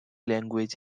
language